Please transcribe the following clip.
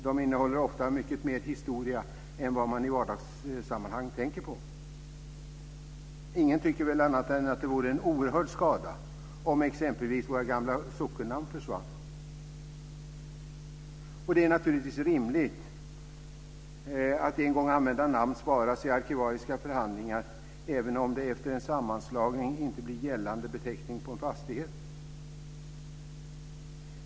De innehåller ofta mycket mer historia än vad man i vardagssammanhang tänker på. Ingen tycker väl annat än att det vore en oerhörd skada om exempelvis våra gamla sockennamn försvann. Det är naturligtvis rimligt att en gång använda namn sparas i arkivariska handlingar även om det efter en sammanslagning inte blir gällande beteckning på en fastighet.